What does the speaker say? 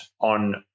on